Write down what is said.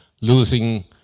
losing